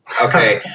Okay